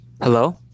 Hello